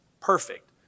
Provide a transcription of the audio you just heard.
Perfect